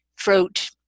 throat